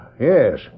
Yes